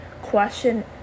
question